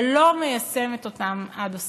אבל לא מיישמת את זה עד הסוף.